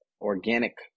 organic